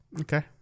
Okay